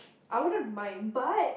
I wouldn't mind but